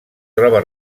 troba